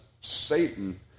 Satan